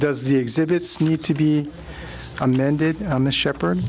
does the exhibits need to be amended on the shepherd